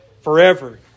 forever